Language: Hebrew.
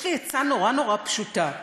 יש לי עצה נורא נורא פשוטה: